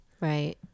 Right